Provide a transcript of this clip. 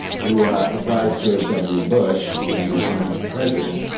who ah advised george w. bush when he was running for president.